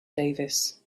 davis